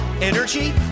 Energy